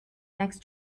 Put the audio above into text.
next